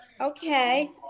Okay